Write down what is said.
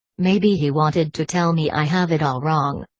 maybe he wanted to tell me i have it all wrong.